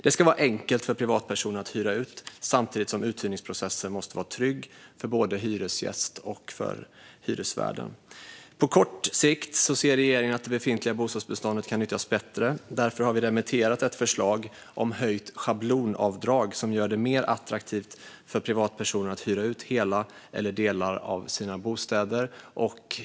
Det ska vara enkelt för privatpersoner att hyra ut, samtidigt som uthyrningsprocessen måste vara trygg för både hyresgästen och hyresvärden. På kort sikt ser regeringen att det befintliga bostadsbeståndet kan nyttjas bättre. Därför har vi remitterat ett förslag om höjt schablonavdrag som gör det mer attraktivt för privatpersoner att hyra ut hela eller delar av sin bostad.